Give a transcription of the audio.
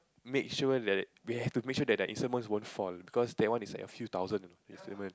make sure that we have to make sure that their instruments won't fall because that one is like a few thousand instrument